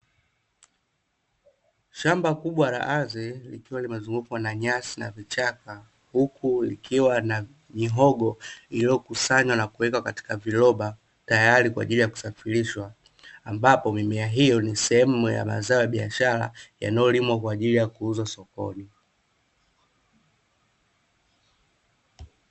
Shamba kubwa la ardhi likiwa limezungukwa na nyasi na vichaka, huku likiwa na mihogo iliyokusanywa na kuwekwa katika viroba tayari kwa ajili ya kusafirishwa, ambapo mimea hio ni sehemu ya mazao ya biashara yanayolimwa kwa ajili ya kuuzwa sokoni.